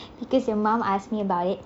because your mum asked me about it